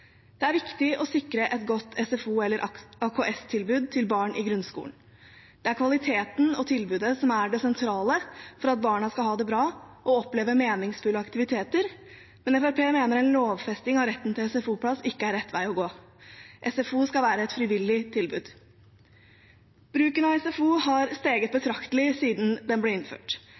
Det er viktig å sikre et godt SFO- eller AKS-tilbud til barn i grunnskolen. Det er kvaliteten på tilbudet som er det sentrale for at barna skal ha det bra og oppleve meningsfulle aktiviteter, men Fremskrittspartiet mener at en lovfesting av retten til SFO-plass ikke er rett vei å gå. SFO skal være et frivillig tilbud. Bruken av SFO har steget betraktelig siden den ble innført.